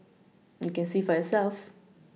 you can see for yourselves